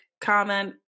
comment